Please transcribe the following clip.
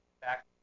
back